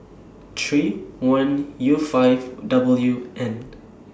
three one U five W N